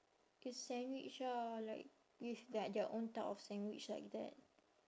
it's sandwich ah like with like their own type of sandwich like that